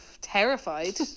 terrified